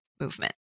movement